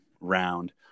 round